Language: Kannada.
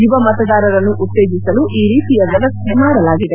ಯುವ ಮತದಾರರನ್ನು ಉತ್ತೇಜಿಸಲು ಈ ರೀತಿಯ ವ್ಲವಸ್ಥೆ ಮಾಡಲಾಗಿದೆ